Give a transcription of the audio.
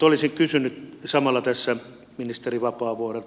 olisin kysynyt samalla ministeri vapaavuorelta